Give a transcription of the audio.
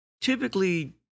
typically